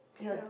you're